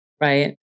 right